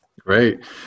Great